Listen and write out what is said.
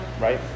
Right